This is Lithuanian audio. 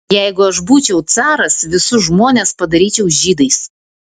jeigu aš būčiau caras visus žmonės padaryčiau žydais